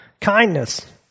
kindness